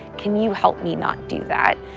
can you help me not do that?